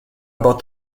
about